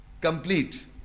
complete